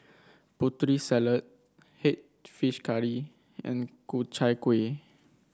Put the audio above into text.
Putri Salad head fish curry and Ku Chai Kuih